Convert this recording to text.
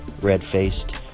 red-faced